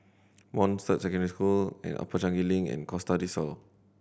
Montfort Secondary School Upper Changi Link and Costa Del Sol